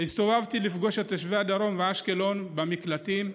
הסתובבתי ופגשתי את תושבי הדרום ותושבי אשקלון במקלטים,